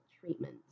treatment